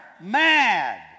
mad